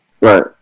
Right